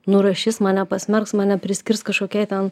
nurašys mane pasmerks mane priskirs kažkokiai ten